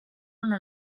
una